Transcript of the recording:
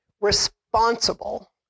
responsible